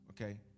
Okay